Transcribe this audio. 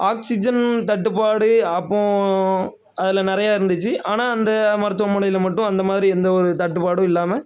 oxygen தட்டுப்பாடு அப்போது அதில் நிறையா இருந்துச்சு ஆனால் அந்த மருத்துவமனையில் மட்டும் அந்த மாதிரி எந்த ஒரு தட்டுப்பாடும் இல்லாமல்